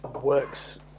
works